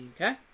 Okay